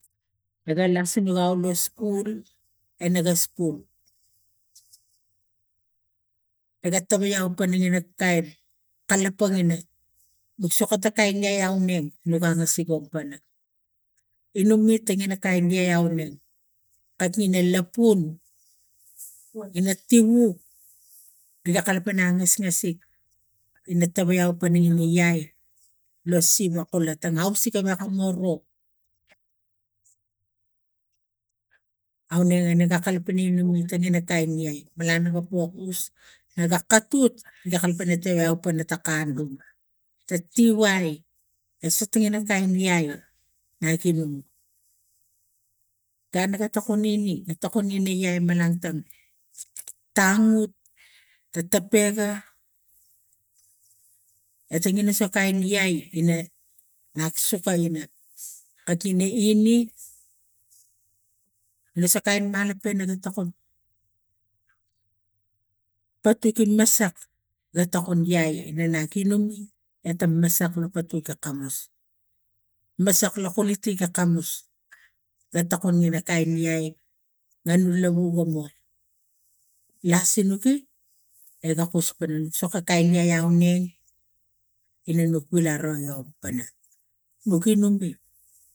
Ega lasene lo skul ena ga skul ega togiau pana niga kain kalapang ina nok soko ta kain yaya oneng nuga angasikam pana inume tingera kain yaya uling kati na lapun ina tiwuk iga kalapang pana angasgasik ina tawai au paning na iai lo siva kolo ausik gewek anuro. Aunenge nega kalapangi ta tiai a suti na ta kam ia tangut ta tepaga atinge na sotakain iai ina naksoka ina katina ere la sakain mano pe na ge tokom katut masak ga tokun iai ina nakinum e pokamus lasulugi ega kus pana soka kain yaya eneng ina nuk pina ro pana